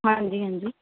ਹਾਂਜੀ ਹਾਂਜੀ